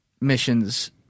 missions